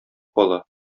кала